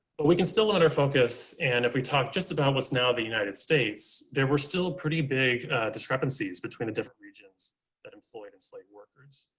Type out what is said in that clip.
but we can still under focus, and if we talk just about what's now the united states, there were still pretty big discrepancies between the different regions that employed enslaved workers.